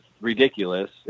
ridiculous